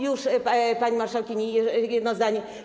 Już, pani marszałkini, jedno zdanie.